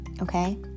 okay